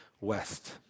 West